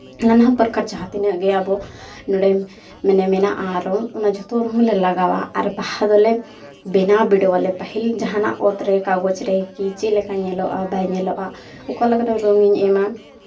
ᱱᱟᱱᱟ ᱯᱨᱟᱠᱟᱨ ᱡᱟᱦᱟᱸᱛᱤᱱᱟᱹᱜ ᱜᱮ ᱟᱵᱚ ᱱᱚᱸᱰᱮ ᱢᱟᱱᱮ ᱢᱮᱱᱟᱜᱼᱟ ᱨᱚᱝ ᱚᱱᱟ ᱡᱷᱚᱛᱚ ᱨᱚᱝ ᱞᱮ ᱞᱟᱜᱟᱣᱟ ᱟᱨ ᱵᱟᱦᱟ ᱫᱚᱞᱮ ᱵᱮᱱᱟᱣ ᱵᱤᱰᱟᱹᱣᱟᱞᱮ ᱯᱟᱹᱦᱤᱞ ᱡᱟᱦᱟᱸᱱᱟᱜ ᱚᱛ ᱨᱮ ᱠᱟᱜᱚᱡᱽ ᱨᱮ ᱠᱤ ᱪᱮᱫᱞᱮᱠᱟ ᱧᱮᱥᱞᱚᱜᱼᱟ ᱵᱟᱭ ᱧᱮᱞᱚᱜᱼᱟ ᱚᱠᱟᱞᱮᱠᱟ ᱫᱚ ᱨᱚᱝᱤᱧ ᱮᱢᱟ